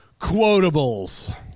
quotables